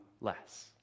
less